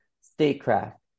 statecraft